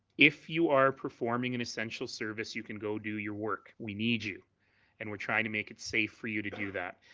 if you are performing an essential service you can go do your work. we need you and we are trying to make it safe for you to do that.